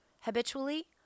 habitually